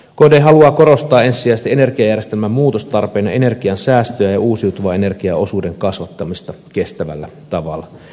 kd haluaa korostaa ensisijaisesti energiajärjestelmän muutostarvetta energiansäästöä ja uusiutuvan energian osuuden kasvattamista kestävällä tavalla